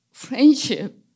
Friendship